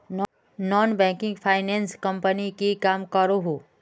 Non banking finance company की काम करोहो?